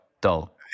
dull